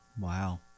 Wow